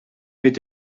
mit